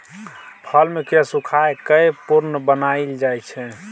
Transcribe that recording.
plum केँ सुखाए कए प्रुन बनाएल जाइ छै